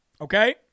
okay